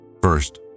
First